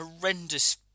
horrendous